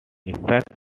effects